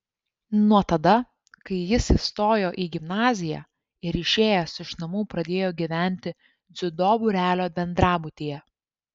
nuo tada kai jis įstojo į gimnaziją ir išėjęs iš namų pradėjo gyventi dziudo būrelio bendrabutyje